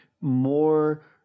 more